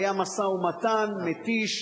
היה לי משא-ומתן מתיש,